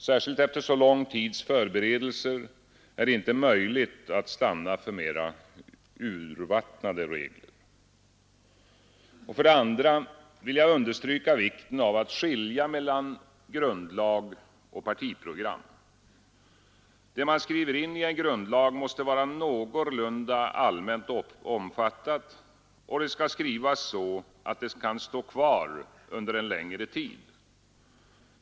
Särskilt efter så lång tids förberedelse är det inte möjligt att stanna för mera urvattnade regler. För det andra vill jag understryka vikten av att skilja mellan grundlag och partiprogram. Det man skriver in i en grundlag måste vara någorlunda allmänt omfattat, och det skall skrivas så, att det kan stå kvar under en längre tid.